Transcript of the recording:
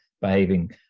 behaving